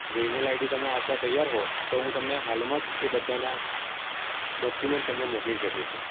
જો email ID તમે આપવા તૈયાર હો તો હું તમને હાલમાં જ એ બધાના ડોક્યુમેન્ટ તમને મોકલી શકું છું